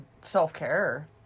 self-care